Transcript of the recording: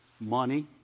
money